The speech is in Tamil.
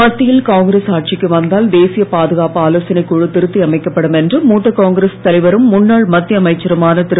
மத்தியில் காங்கிரஸ் ஆட்சிக்கு வந்தால் தேசிய பாதுகாப்பு ஆலோசனைக் குழு திருத்தி அமைக்கப்படும் என்று மூத்த காங்கிரஸ் தலைவரும் முன்னாள் மத்திய அமைச்சருமான திரு